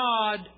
God